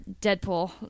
Deadpool